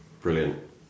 brilliant